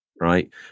right